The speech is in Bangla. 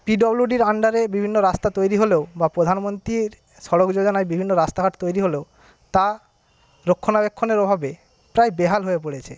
পিডব্লিউডির আন্ডারে বিভিন্ন রাস্তা তৈরি হলেও বা প্রধানমন্ত্রীর সড়ক যোজনায় বিভিন্ন রাস্তাঘাট তৈরি হলেও তা রক্ষণাবেক্ষণের অভাবে প্রায় বেহাল হয়ে পড়েছে